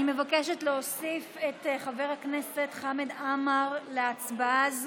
אני מבקשת להוסיף את חבר הכנסת חמד עמאר להצבעה הזאת,